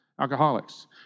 alcoholics